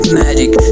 magic